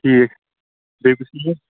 ٹھیٖک بیٚیہِ کُس حظ